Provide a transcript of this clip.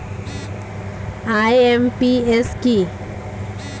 IMPS কি?